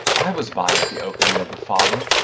i was by at the opening of the fardel,